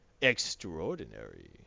Extraordinary